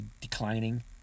declining